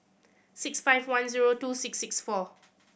six five one zero two six six four